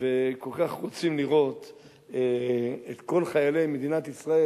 וכל כך רוצים לראות את כל חיילי מדינת ישראל